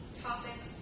topics